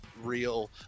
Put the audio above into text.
real